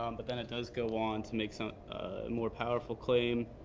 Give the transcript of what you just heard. um but then it does go on to make some more powerful claim